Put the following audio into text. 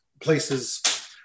places